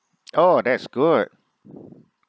oh that's good